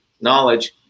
knowledge